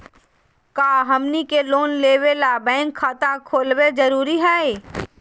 का हमनी के लोन लेबे ला बैंक खाता खोलबे जरुरी हई?